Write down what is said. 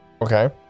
Okay